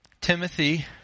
Timothy